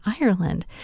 Ireland